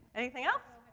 anything else?